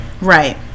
Right